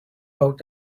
out